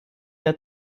der